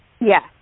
Yes